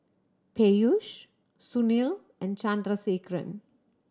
Peyush Sunil and Chandrasekaran